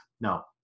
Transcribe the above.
No